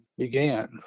began